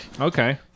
Okay